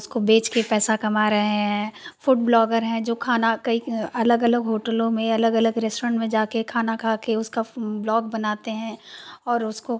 उसको बेचकर पैसा कमा रहे हैं फ़ूड ब्लॉग़र हैं जो खाना कई अलग अलग होटलों में अलग अलग रेस्टोरेन्ट में जाकर खाना खाकर उसका ब्लॉग़ बनाते हैं और उसको